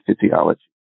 physiology